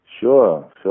Sure